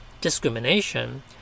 discrimination